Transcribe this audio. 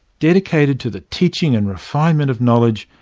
dedicated to the teaching and refinement of knowledge,